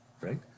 right